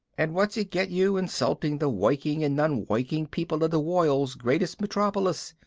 and what's it get you insulting the woiking and non-woiking people of the woild's greatest metropolis?